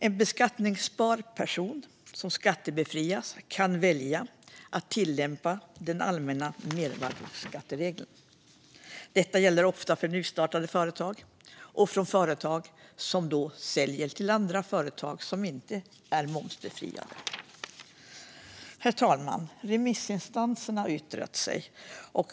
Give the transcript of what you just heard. En beskattningsbar person som skattebefrias kan välja att tillämpa de allmänna mervärdesskattereglerna. Detta gäller ofta för nystartade företag och för företag som säljer till andra företag som inte är momsbefriade. Herr talman! Remissinstanserna har yttrat sig.